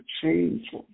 change